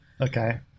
Okay